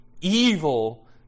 evil